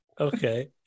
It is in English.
Okay